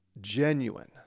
genuine